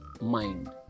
mind